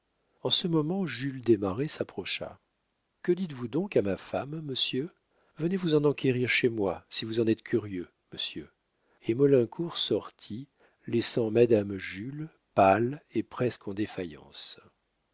en ce moment jules desmarets s'approcha que dites-vous donc à ma femme monsieur venez vous en enquérir chez moi si vous en êtes curieux monsieur et maulincour sortit laissant madame jules pâle et presque en défaillance